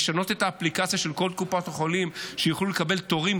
לשנות את האפליקציה של כל קופות החולים שהם יוכלו לקבל תורים,